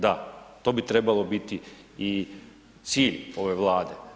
Da, to bi trebalo biti i cilj ove Vlade.